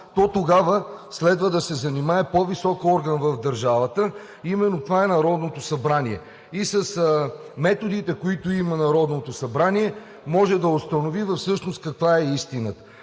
то тогава следва да се занимае по-висок орган в държавата, а именно това е Народното събрание, и с методите, които има Народното събрание, може да установи всъщност каква е истината.